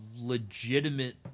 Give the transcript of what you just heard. legitimate